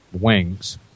wings